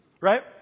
right